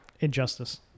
Injustice